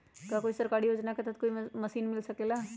का कोई सरकारी योजना के तहत कोई मशीन मिल सकेला?